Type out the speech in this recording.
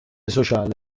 sociale